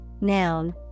Noun